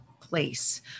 place